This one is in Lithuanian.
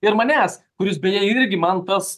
ir manęs kuris beje irgi man tas